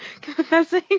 Confessing